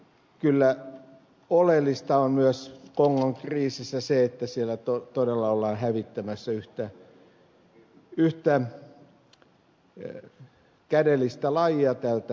kyllä oleellista on kongon kriisissä myös se että siellä todella ollaan hävittämässä yhtä kädellistä lajia tältä planeetalta